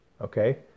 Okay